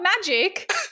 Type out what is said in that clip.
magic